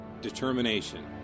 determination